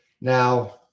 Now